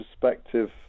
perspective